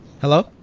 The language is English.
hello